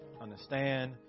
Understand